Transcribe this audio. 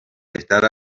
بهتر